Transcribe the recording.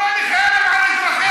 הוא קורא לחרם על אזרחי המדינה.